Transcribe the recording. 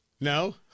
No